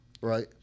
right